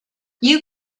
you